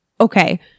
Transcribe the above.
okay